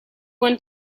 want